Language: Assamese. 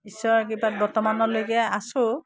ঈশ্বৰৰ কৃপাত বৰ্তমানলৈকে আছোঁ